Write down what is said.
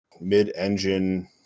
mid-engine